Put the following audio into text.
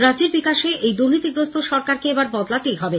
রাজ্যের বিকাশে এই দূর্নীতিগ্রস্থ সরকারকে এবার বদলাতেই হবে